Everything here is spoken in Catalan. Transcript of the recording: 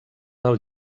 del